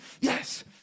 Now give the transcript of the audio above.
Yes